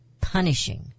Punishing